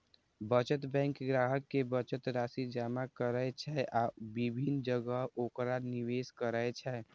बचत बैंक ग्राहक के बचत राशि जमा करै छै आ विभिन्न जगह ओकरा निवेश करै छै